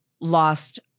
lost